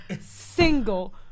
single